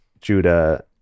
Judah